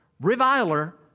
reviler